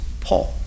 Paul